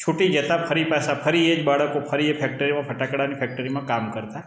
છૂટી જતાં ફરી પાછા ફરી એજ બાળકો ફરી એ ફેક્ટરીમાં ફટાકડાની ફેક્ટરીમાં કામ કરતાં